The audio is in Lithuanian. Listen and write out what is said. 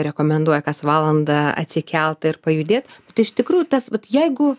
rekomenduoja kas valandą atsikelt ir pajudėt tai iš tikrųjų tas vat jeigu